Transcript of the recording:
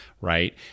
right